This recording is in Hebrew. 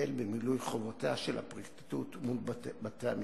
וגדל במילוי חובותיה של הפרקליטות מול בתי-המשפט.